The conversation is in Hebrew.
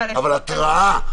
אבל התראה.